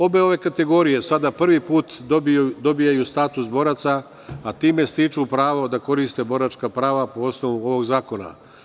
Obe ove kategorije sada po prvi put dobijaju status boraca, a time stiče pravo da koriste boračka prava po osnovu ovog zakona.